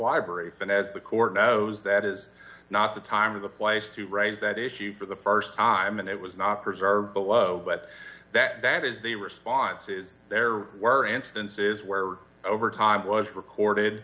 brief and as the court knows that is not the time or the place to raise that issue for the st time and it was not preserved below but that that is the responses there were instances where over time was recorded